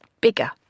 bigger